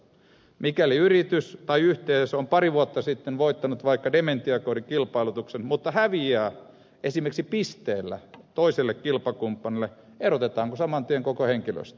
mikäli yritys tai yhteisö on pari vuotta sitten voittanut vaikka dementiakodin kilpailutuksen mutta häviää esimerkiksi pisteellä toiselle kilpakumppanille erotetaanko saman tien koko henkilöstö